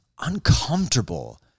uncomfortable